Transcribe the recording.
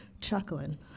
chuckling